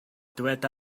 dyweda